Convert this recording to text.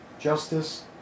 justice